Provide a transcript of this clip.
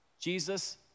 Jesus